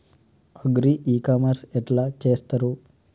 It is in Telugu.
అగ్రి ఇ కామర్స్ ఎట్ల చేస్తరు?